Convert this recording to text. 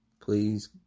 Please